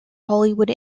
hollywood